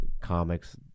comics